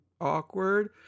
awkward